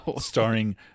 Starring